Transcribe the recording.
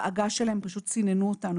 בעגה שלהם פשוט סיננו אותנו,